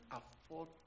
afford